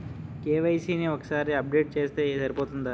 KYC ని ఒక్కసారి update చేస్తే సరిపోతుందా?